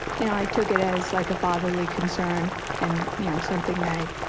you know, i took it as, like, a fatherly concern and something that